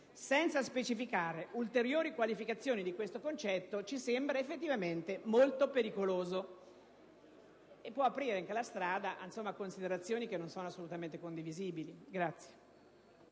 senza specificare ulteriori qualificazioni di questo concetto ci sembra effettivamente molto pericoloso e può aprire la strada a considerazioni che non sono assolutamente condivisibili. Per